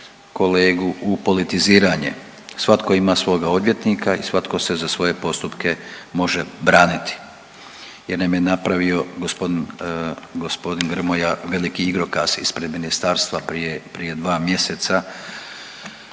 kolegu u politiziranje. Svatko ima svoga odvjetnika i svatko se za svoje postupke može braniti jer nam je napravio gospodin, gospodin Grmoja veliki igrokaz ispred ministarstva prije, prije 2 mjeseca